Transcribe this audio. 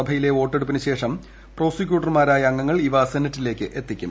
സഭയിലെ വോട്ടെടുപ്പിന് ശേഷം പ്രോസിക്യൂട്ടർമാരായ അംഗങ്ങൾ ഇവ സെനറ്റിലേക്ക് എത്തിക്കും